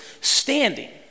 standing